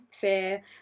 fair